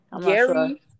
gary